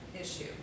issue